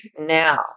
now